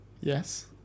yes